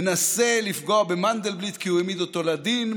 מנסה לפגוע במנדלבליט כי הוא העמיד אותו לדין,